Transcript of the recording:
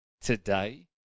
today